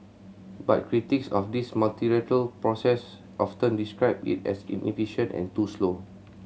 but critics of this multilateral process often describe it as inefficient and too slow